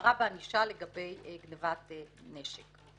החמרה בענישה לגבי גניבת נשק.